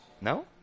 No